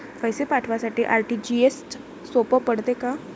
पैसे पाठवासाठी आर.टी.जी.एसचं सोप पडते का?